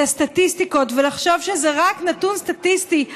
הסטטיסטיקות ולחשוב שזה רק נתון סטטיסטי.